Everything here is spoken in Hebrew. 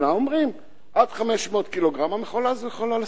אומרים: עד 500 קילוגרם המכולה הזאת יכולה לשאת.